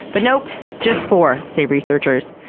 but nope, just four, say researchers.